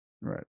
Right